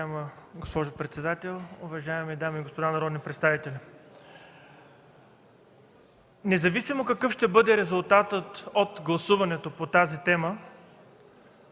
Независимо какъв ще бъде резултатът от гласуването по тази тема,